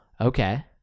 Okay